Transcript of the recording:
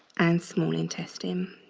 and small intestine.